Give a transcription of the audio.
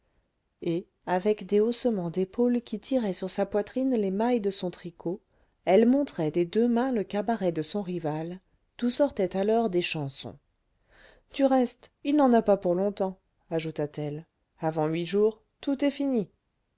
et avec des haussements d'épaules qui tiraient sur sa poitrine les mailles de son tricot elle montrait des deux mains le cabaret de son rival d'où sortaient alors des chansons du reste il n'en a pas pour longtemps ajouta-t-elle avant huit jours tout est fini